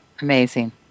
Amazing